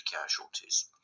casualties